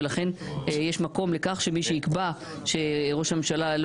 ולכן יש מקום לכך שמי שיקבע שראש הממשלה לא